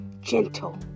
Gentle